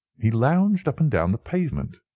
he lounged up and down the pavement,